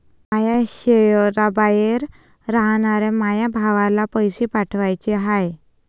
माया शैहराबाहेर रायनाऱ्या माया भावाला पैसे पाठवाचे हाय